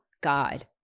God